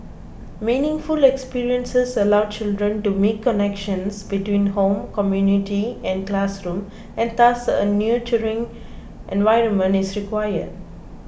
meaningful experiences allow children to make connections between home community and classroom and thus a nurturing environment is required